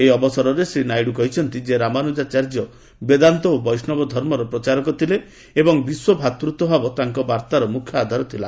ଏହି ଅବସରରେ ଶ୍ରୀ ନାଇଡୁ କହିଛନ୍ତି ଯେ ରାମାନୁଜାଚାର୍ଯ୍ୟ ବେଦାନ୍ତ ଓ ବୈଷ୍ଣବ ଧର୍ମର ପ୍ରଚାରକ ଥିଲେ ଏବଂ ବିଶ୍ୱ ଭାତୃତ୍ୱ ଭାବ ତାଙ୍କ ବାର୍ତ୍ତାର ମୁଖ୍ୟ ଆଧାର ଥିଲା